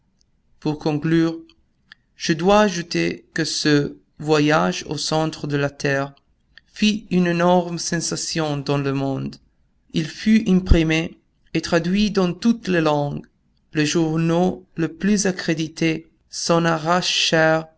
pour conclure je dois ajouter que ce voyage au centre de la terre fit une énorme sensation dans le monde il fut imprimé et traduit dans toutes les langues les journaux les plus accrédités s'en